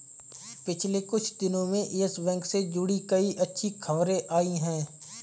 पिछले कुछ दिनो में यस बैंक से जुड़ी कई अच्छी खबरें आई हैं